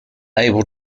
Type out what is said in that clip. able